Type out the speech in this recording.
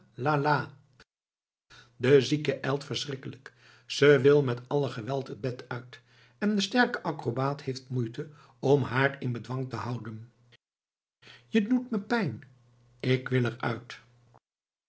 de zieke ijlt verschrikkelijk ze wil met alle geweld het bed uit en de sterke acrobaat heeft moeite om haar in bedwang te houden je doet me pijn ik wil er uit